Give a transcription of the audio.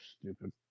Stupid